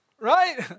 right